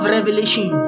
Revelation